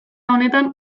honetan